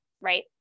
Right